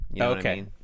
Okay